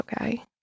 okay